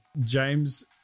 james